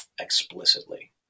explicitly